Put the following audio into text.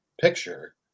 picture